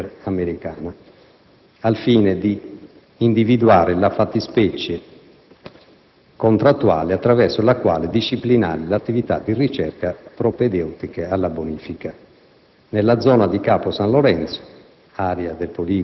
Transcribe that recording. ed il *Undersea Research Center* (NURC), al fine di individuare la fattispecie contrattuale attraverso la quale disciplinare le attività di ricerca propedeutiche alla bonifica.